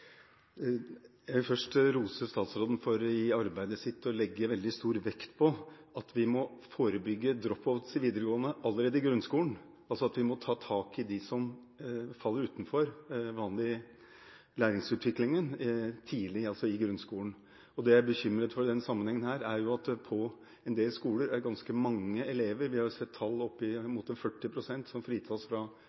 i arbeidet sitt å legge veldig stor vekt på at vi må forebygge «dropouts» i videregående skole, allerede i grunnskolen – altså at vi må ta tak i dem som faller utenfor den vanlige læringsutviklingen, tidlig. Det jeg er bekymret for i den sammenhengen, er at det på en del skoler er ganske mange elever – vi har sett tall opp mot 40 pst. – som fritas fra